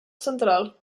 central